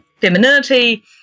femininity